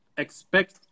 expect